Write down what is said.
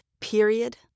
period